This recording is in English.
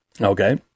Okay